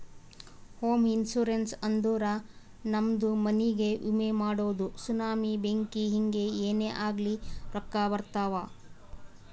ಹೋಮ ಇನ್ಸೂರೆನ್ಸ್ ಅಂದುರ್ ನಮ್ದು ಮನಿಗ್ಗ ವಿಮೆ ಮಾಡದು ಸುನಾಮಿ, ಬೆಂಕಿ ಹಿಂಗೆ ಏನೇ ಆಗ್ಲಿ ರೊಕ್ಕಾ ಬರ್ತಾವ್